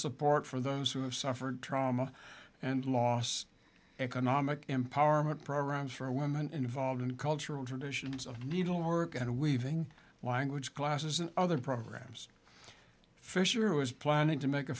support for those who have suffered trauma and loss economic empowerment programs for women involved in the cultural traditions of needlework and weaving language classes and other programs fisher was planning to make a